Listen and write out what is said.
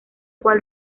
cual